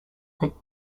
picked